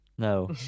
No